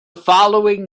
following